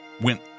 went